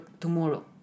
tomorrow